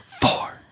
Four